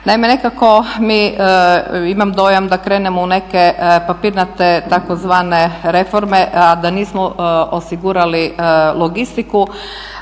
Naime, nekako imam dojam da krenemo u nekakve papirnate tzv. reforme, a da nismo osigurali logistiku